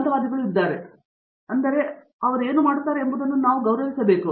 ಚಕ್ರವರ್ತಿ ಆದ್ದರಿಂದ ಅವರು ಏನು ಎಂದು ನೀವು ಅವರಿಗೆ ಗೌರವಿಸಬೇಕು